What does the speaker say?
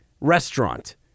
restaurant